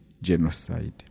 genocide